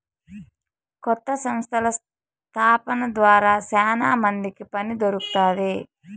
కొత్త సంస్థల స్థాపన ద్వారా శ్యానా మందికి పని దొరుకుతాది